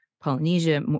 Polynesia